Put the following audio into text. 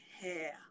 hair